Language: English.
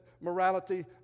morality